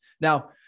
Now